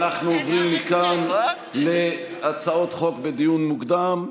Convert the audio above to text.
אנחנו עוברים מכאן להצעות חוק בדיון מוקדם.